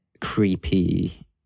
creepy